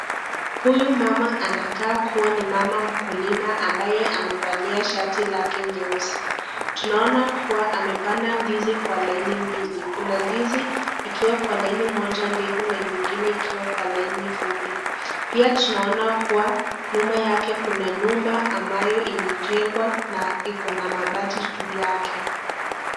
Huyu mama anakaa kuwa ni mama mkulima ambaye amevalia shati lake nyeusi, tunaona kuwa amepanda ndizi kwa laini mbili, kuna ndizi ikiwa kwa laini moja ndefu na nyingine kwa laini fupi. Pia tunaona kuwa nyuma yake kuna nyumba ambaye imejengwa na iko na mabati juu yake.